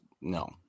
no